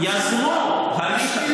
יזמו הליך,